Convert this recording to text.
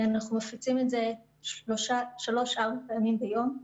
אנחנו מפיצים את זה שלוש-ארבע פעמים ביום.